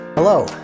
Hello